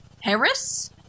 harris